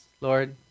Lord